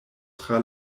tra